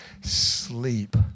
sleep